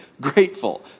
grateful